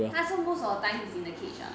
它是 most of the time he is in the cage ah